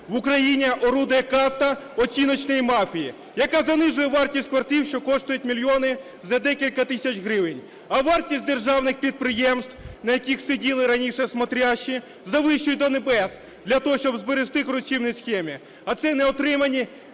В Україні орудує каста оціночної мафії, яка занижує вартість квартир, що коштують мільйони, за декілька тисяч гривень, а вартість державних підприємств, на яких сиділи раніше "смотрящие" завищують до небес для того, щоб зберегти корупційні схеми. А це неотримані